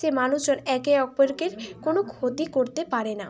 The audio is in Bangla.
সে মানুষজন একে অপরকের কোনো ক্ষতি করতে পারে না